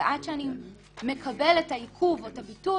ועד שאני מקבל את העיכוב או את הביטול,